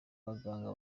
baganga